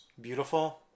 beautiful